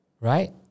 right